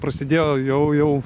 prasidėjo jau jau